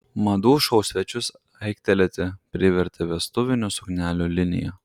madų šou svečius aiktelėti privertė vestuvinių suknelių linija